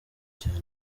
cyane